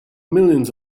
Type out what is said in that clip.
millions